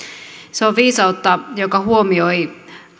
se on viisautta joka huomioi